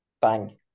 Bang